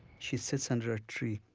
she sits under a tree.